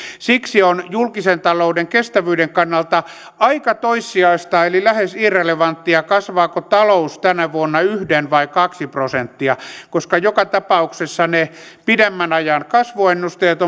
siksi on julkisen talouden kestävyyden kannalta aika toissijaista eli lähes irrelevanttia kasvaako talous tänä vuonna yksi vai kaksi prosenttia koska joka tapauksessa ne pidemmän ajan kasvuennusteet